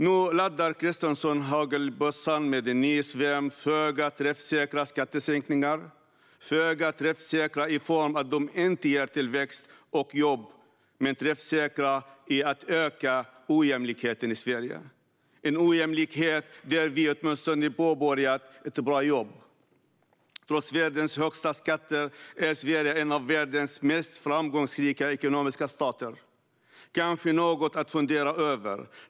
Nu laddar Kristersson hagelbössan med en ny svärm av föga träffsäkra skattesänkningar. De är föga träffsäkra då de inte ger tillväxt och jobb men träffsäkra i att öka ojämlikheten i Sverige - en ojämlikhet där vi åtminstone påbörjat ett bra jobb. Trots världens högsta skatter är Sverige en av världens mest ekonomiskt framgångsrika stater - kanske något att fundera över.